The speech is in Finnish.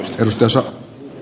ranskassa